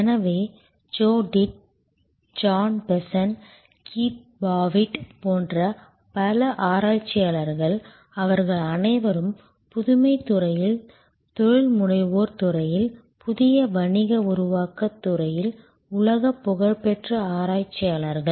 எனவே Joe Tidd John Bessant Keith Pavitt போன்ற பல ஆராய்ச்சியாளர்கள் அவர்கள் அனைவரும் புதுமைத் துறையில் தொழில்முனைவோர் துறையில் புதிய வணிக உருவாக்கத் துறையில் உலகப் புகழ்பெற்ற ஆராய்ச்சியாளர்கள்